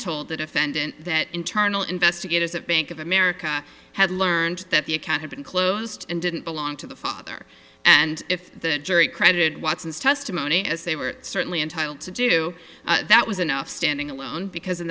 told the defendant that internal investigators at bank of america had learned that the account had been closed and didn't belong to the father and if the jury edited watson's testimony as they were certainly entitled to do that was enough standing alone because in